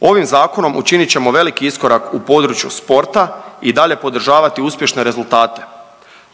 Ovim zakonom učinit ćemo veliki iskorak u području sporta i dalje podržavati uspješne rezultate,